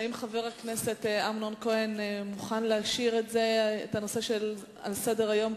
האם חבר הכנסת אמנון מוכן להשאיר את הנושא על סדר-היום,